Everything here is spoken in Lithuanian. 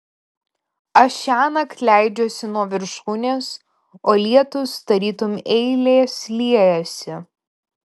aš šiąnakt leidžiuosi nuo viršūnės o lietūs tartum eilės liejasi